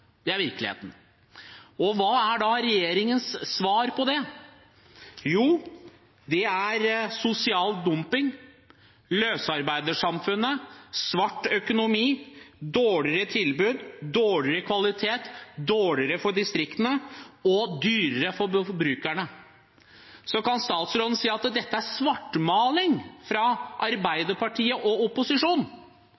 Det er virkeligheten. Hva er da regjeringens svar på det? Jo, det er sosial dumping, løsarbeidersamfunn, svart økonomi, dårligere tilbud, dårligere kvalitet – dårligere for distriktene og dyrere for forbrukerne. Så kan statsråden si at dette er svartmaling fra